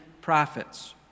prophets